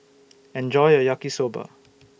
Enjoy your Yaki Soba